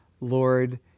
Lord